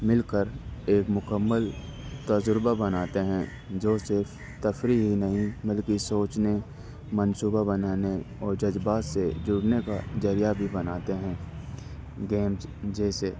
مل کر ایک مکمل تجربہ بناتے ہیں جو صرف تفریح ہی نہیں بلکہ سوچنے منصوبہ بنانے اور جذبات سے جڑنے کا ذریعہ بھی بناتے ہیں گیمس جیسے